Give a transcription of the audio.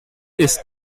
ist